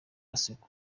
kasumba